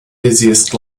busiest